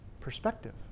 perspective